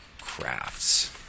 crafts